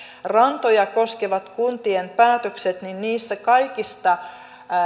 rantoja koskevat kuntien päätökset ovat kaikista